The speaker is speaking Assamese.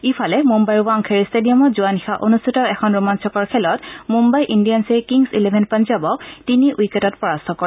ইফালে মুন্নাইৰ ৱাংখেডে ষ্টেডিয়ামত যোৱা নিশা অনুষ্ঠিত এখন ৰোমাঞ্চকৰ খেলত মুম্বাই ইণ্ডিয়ানছে কিংছ ইলেভেন পঞ্জাবক তিনি উইকেটত পৰাস্ত কৰে